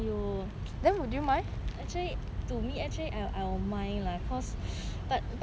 !aiyo! actually to me actually I will our mind lah cause